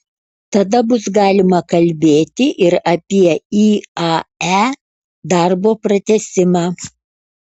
tada bus galima kalbėti ir apie iae darbo pratęsimą